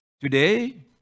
Today